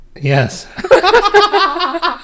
Yes